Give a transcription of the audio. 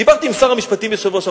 דיברתי עם שר המשפטים בשבוע שעבר,